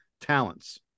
talents